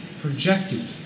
projected